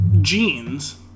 jeans